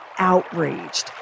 outraged